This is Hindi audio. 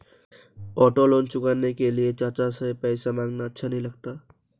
ऑटो लोन चुकाने के लिए चाचा से पैसे मांगना अच्छा नही लगता